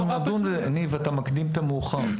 ניב, אתה מקדים את המאוחר.